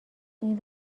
این